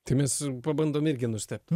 tai mes pabandome irgi nustebti nu